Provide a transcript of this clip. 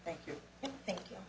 thank you thank you